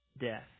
death